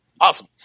Awesome